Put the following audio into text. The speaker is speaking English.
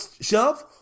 shove